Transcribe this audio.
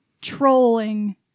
trolling